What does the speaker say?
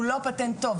הוא לא פטנט טוב,